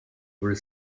were